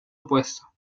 opuesto